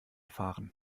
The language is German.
fahren